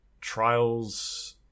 Trials